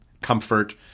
comfort